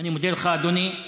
אני מודה לך, אדוני.